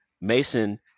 Mason